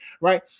right